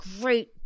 great